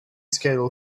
schedule